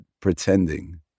pretending